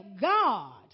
God